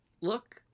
look